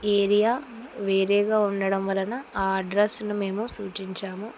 area వేరేగా ఉండడం వలన ఆ అడ్రస్ను మేము సూచించాము